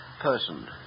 person